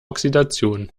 oxidation